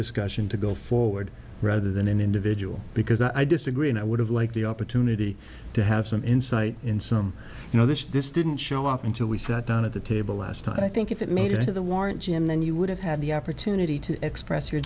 discussion to go forward rather than an individual because i disagree and i would have liked the opportunity to have some insight in some you know this this did show off until we sat down at the table last time i think if it made it to the warrant jim then you would have had the opportunity to express your